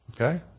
okay